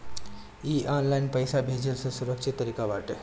इ ऑनलाइन पईसा भेजला से सुरक्षित तरीका बाटे